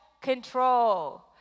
control